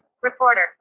reporter